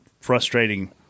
frustrating